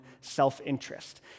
self-interest